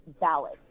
ballot